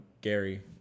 gary